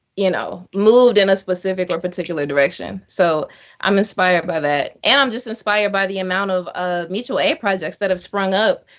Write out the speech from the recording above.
you know, moved in a specific or particular direction. so i'm inspired by that. and i'm just inspired by the amount of ah mutual aid projects that have sprung up,